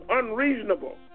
unreasonable